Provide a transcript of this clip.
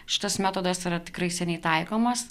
šitas metodas yra tikrai seniai taikomas